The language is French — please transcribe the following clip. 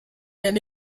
elle